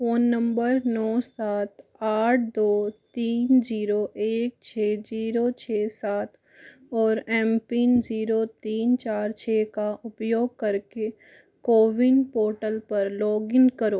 phone number नौ सात आठ दो तीन जीरो एक छः जीरो छः सात और एम पिन जीरो तीन चार छः का उपयोग करके कोविन पोर्टल पर लॉगइन करो